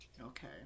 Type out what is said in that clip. Okay